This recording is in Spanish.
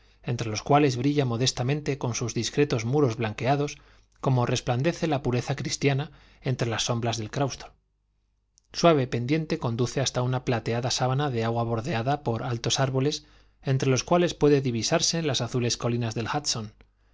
entre los cuales brilla modestamente con sus discretos muros blanqueados como resplandece la pureza cristiana entre las sombras del claustro suave pendiente conduce hasta una plateada sábana de agua bordeada por altos árboles entre los cuales pueden divisarse las azules colinas del